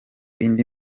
indi